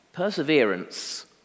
Perseverance